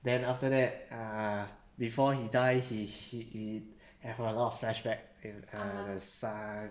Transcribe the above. then after that ah before he die he she it have a lot of flashback in uh the son